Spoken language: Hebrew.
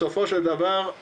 בסופו של דבר,